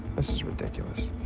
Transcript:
this is ridiculous.